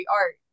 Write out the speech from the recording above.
art